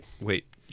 wait